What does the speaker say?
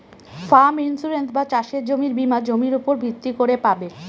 farm insurance বা চাসের জমির বীমা জমির উপর ভিত্তি করে পাবে